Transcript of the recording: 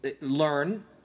learn –